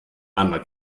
einmal